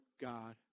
God